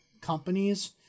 companies